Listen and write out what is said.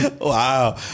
Wow